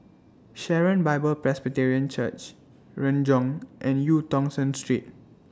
Sharon Bible Presbyterian Church Renjong and EU Tong Sen Street